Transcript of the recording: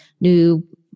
new